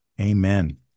amen